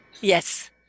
yes